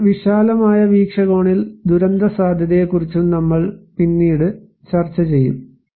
കൂടുതൽ വിശാലമായ വീക്ഷണകോണിൽ ദുരന്തസാധ്യതയെക്കുറിച്ചും നമ്മൾ പിന്നീട് ചർച്ച ചെയ്യും